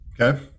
Okay